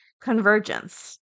convergence